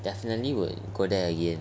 definitely would go there again